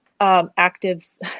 Actives